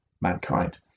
mankind